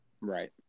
Right